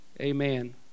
Amen